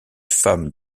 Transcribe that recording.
femme